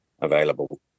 available